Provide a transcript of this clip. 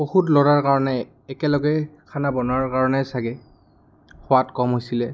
বহুত ল'ৰাৰ কাৰণে একেলগে খানা বনোৱাৰ কাৰণে চাগে সোৱাদ কম হৈছিলে